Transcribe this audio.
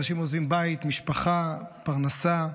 אנשים עוזבים בית, משפחה, פרנסה,